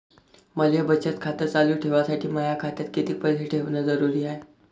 मले बचत खातं चालू ठेवासाठी माया खात्यात कितीक पैसे ठेवण जरुरीच हाय?